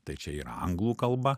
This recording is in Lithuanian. tai čia yra anglų kalba